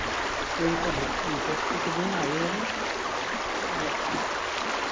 school ᱨᱮᱠᱚ ᱵᱷᱚᱨᱛᱤ ᱠᱟᱫᱤᱧᱟ ᱟᱭᱳ ᱵᱟᱵᱟ ᱟᱫᱚ